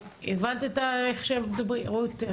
את הבנת את איך שהם רואים את הדברים על ההסתייגות?